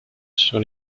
sur